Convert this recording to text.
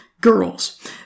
Girls